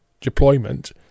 deployment